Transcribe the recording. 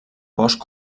bosc